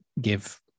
give